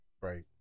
Right